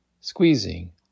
squeezing